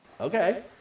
Okay